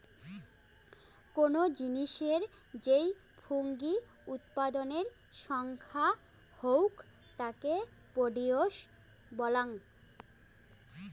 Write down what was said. কোনো জিনিসের যেই ফুঙ্গি উৎপাদনের সংখ্যা হউক তাকে প্রডিউস বলাঙ্গ